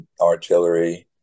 artillery